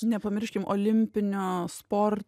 nepamirškim olimpinio spor